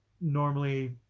normally